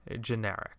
generic